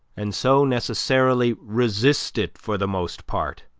and so necessarily resist it for the most part